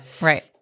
Right